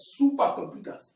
supercomputers